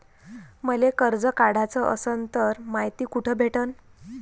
मले कर्ज काढाच असनं तर मायती कुठ भेटनं?